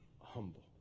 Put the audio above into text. humble